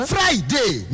Friday